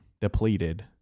depleted